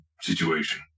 situation